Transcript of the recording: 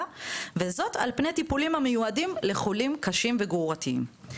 וזאת על פני טיפולים המיועדים לחולים קשים וגרורתיים.